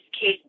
case